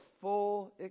full